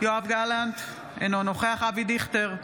יואב גלנט, אינו נוכח אבי דיכטר,